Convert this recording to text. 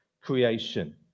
creation